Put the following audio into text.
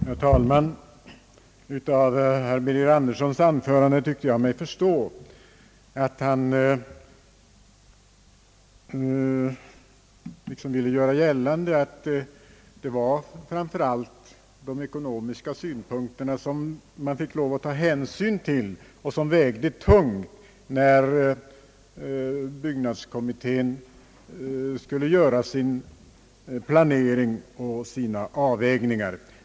Herr talman! Av herr Birger Anderssons anförande tycker jag mig förstå, att han ville göra gällande att det framför allt var de ekonomiska synpunkterna som man fick lov att ta hänsyn till och som vägde tungt när byggnadskommittén skulle göra sin planering och sina avvägningar.